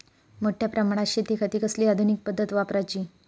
मोठ्या प्रमानात शेतिखाती कसली आधूनिक पद्धत वापराची?